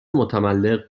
متملق